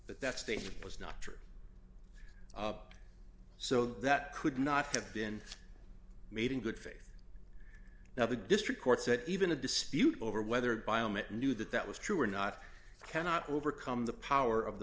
but that statement was not true so that could not have been made in good faith now the district court said even a dispute over whether biomet knew that that was true or not cannot overcome the power of the